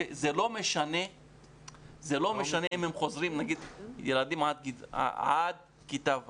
זה לא משנה אם הם הילדים חוזרים עד כיתה ו'.